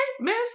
miss